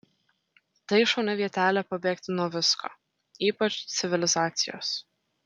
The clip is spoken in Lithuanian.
tai šauni vietelė pabėgti nuo visko ypač civilizacijos